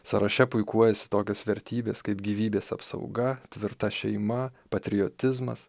sąraše puikuojasi tokios vertybės kaip gyvybės apsauga tvirta šeima patriotizmas